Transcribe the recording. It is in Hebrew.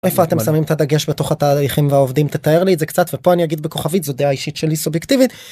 איפה אתם שמים את הדגש בתוך התהליכים והעובדים תתאר לי את זה קצת ופה אני אגיד בכוכבית זו דעה אישית שלי סובייקטיבית.